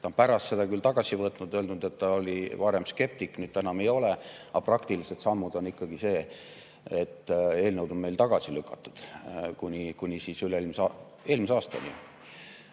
Ta on pärast selle küll tagasi võtnud, öelnud, et ta oli varem skeptik, nüüd ta enam ei ole. Aga praktilised sammud on ikkagi see – eelnõu on meil tagasi lükatud kuni eelmise aastani